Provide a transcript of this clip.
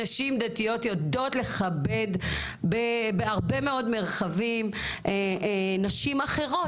נשים דתיות יודעות לכבד בהרבה מאוד מרחבים נשים אחרות.